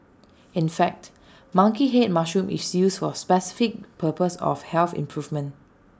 in fact monkey Head mushroom is used for specific purpose of health improvement